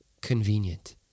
convenient